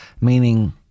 meaning